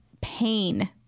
pain